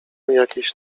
jakieś